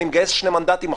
אני מגייס שני מנדטים עכשיו,